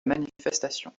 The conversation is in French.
manifestation